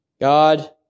God